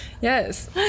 yes